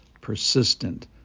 persistent